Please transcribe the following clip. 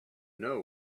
know